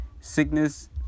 Sickness